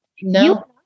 no